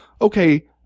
okay